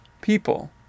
people